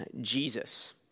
Jesus